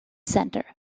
center